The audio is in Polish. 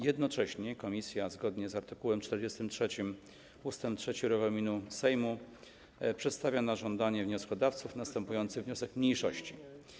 Jednocześnie komisja zgodnie z art. 43 ust. 3 regulaminu Sejmu przedstawia na żądanie wnioskodawców następujący wniosek mniejszości: